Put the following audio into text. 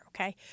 Okay